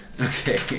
Okay